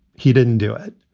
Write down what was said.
he didn't do it.